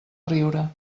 riure